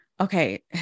okay